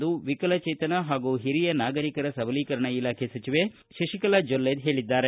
ಎಂದು ವಿಕಲಚೇತನ ಹಾಗೂ ಹಿರಿಯ ನಾಗರಿಕರ ಸಬಲೀಕರಣ ಇಲಾಖೆ ಸಚಿವೆ ಶಶಿಕಲಾ ಜೊಲ್ಲೆ ಹೇಳಿದ್ದಾರೆ